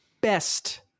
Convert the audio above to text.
best